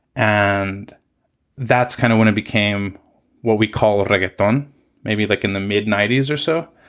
and that's kind of when it became what we call it, like a done maybe like in the mid ninety s or so.